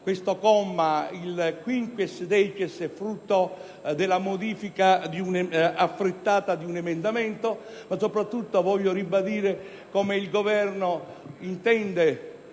il comma 4-*quinquiesdecies* è il frutto della modifica affrettata di un emendamento, ma soprattutto voglio ribadire che il Governo intende